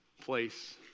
place